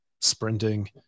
sprinting